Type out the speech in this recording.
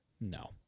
No